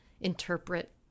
interpret